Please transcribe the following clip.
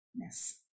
Yes